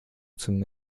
zum